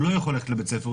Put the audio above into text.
לא יכול ללכת לבית ספר,